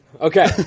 Okay